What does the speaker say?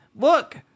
Look